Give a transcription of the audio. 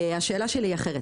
השאלה שלי אחרת